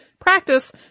practice